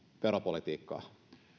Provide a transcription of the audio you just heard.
veropolitiikkaa